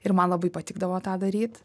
ir man labai patikdavo tą daryt